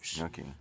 okay